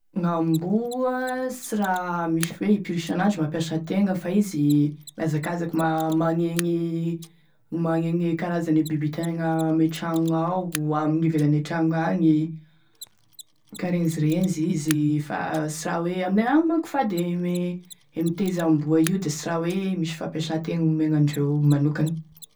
Gn'amboa, sy raha misy hoe impiry isan'andro e mampiasa tegna fa izy miazakazaky ma- magniagny, magniagny e karazany e biby hitany ame tragno ao, ame ivelane tragno agny, mikarenzirenzy izy fa sy raha hoe, aminay agny manko fady e mi- e miteza amboa io da sy raha hoe misy fampiasa tegna omegny andreo manokagny.